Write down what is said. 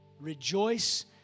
rejoice